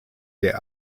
der